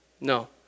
No